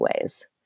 ways